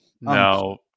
No